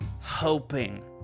hoping